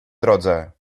drodze